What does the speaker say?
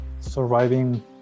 surviving